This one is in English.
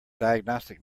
diagnostic